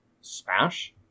smash